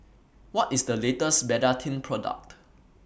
What IS The latest Betadine Product